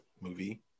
movie